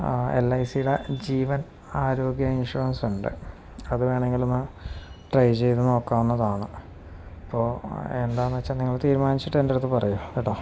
L I സിയുടെ ജീവൻ ആരോഗ്യ ഇൻഷുറൻസുണ്ട് അത് വേണമെങ്കിലൊന്ന് ട്രൈ ചെയ്തുനോക്കാവുന്നതാണ് അപ്പോള് എന്താണെന്നുവച്ചാല് നിങ്ങൾ തീരുമാനിച്ചിട്ട് എൻ്റെയടുത്തൂ പറയൂ കേട്ടോ